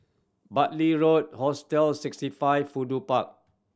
Bartley Road Hostel Sixty Five Fudu Park